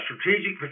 Strategic